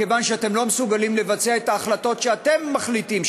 מכיוון שאתם לא מסוגלים לבצע את ההחלטות שאתם מחליטים,